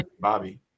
Bobby